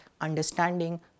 understanding